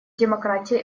демократии